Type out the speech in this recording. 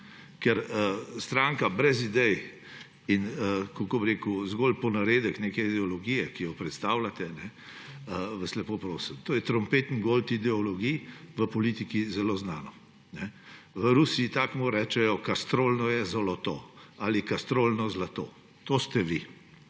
Ker stranka brez idej in – kako bi rekel? – zgolj ponaredek neke ideologije, ki jo predstavljate, lepo vas prosim, to je trompetengold ideologija, v politiki zelo znana. V Rusiji takemu rečejo »kastrolno zoloto« ali kastrolno zlato. To ste vi.